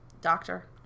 doctor